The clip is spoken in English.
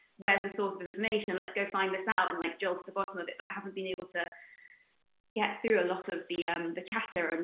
where's the source of information? let's go find this out and like drill to the bottom of it. but i haven't been able to get through a lot of the um the chatter. and